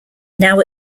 now